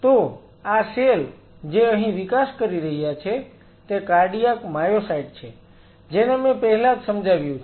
તો આ સેલ જે અહીં બહાર વિકાસ કરી રહ્યા છે તે કાર્ડિયાક માયોસાઈટ છે જેને મેં પહેલા જ સમજાવ્યું છે